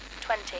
twenty